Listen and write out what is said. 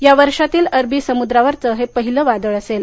यावर्षातील अरबी समूद्रावरचं पहिलं वादळ असेल